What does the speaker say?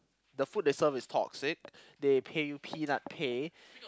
the food they serve is toxic they pay you peanut pay